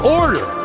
order